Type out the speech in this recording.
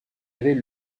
avait